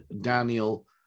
Daniel